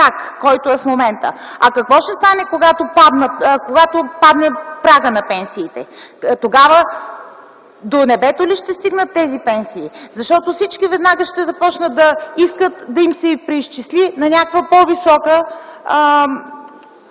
който е в момента. А какво ще стане, когато падне прагът на пенсиите? До небето ли ще стигнат тези пенсии тогава? Защото всички веднага ще започнат да искат да им се преизчислят пенсиите на някаква по-висока